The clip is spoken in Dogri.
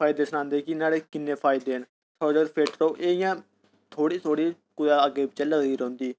फायदे सनांदे कि न्हाड़े किन्ने फायदे न ओह् इ'यां थोह्ड़ी थोह्ड़ी कुतै अग्गै पिच्छै लगदी रौंह्दी